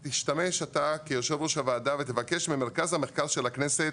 אתה כיושב-ראש הוועדה תבקש ממרכז המחקר של הכנסת